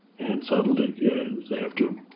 and so but like and they have to,